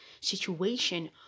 situation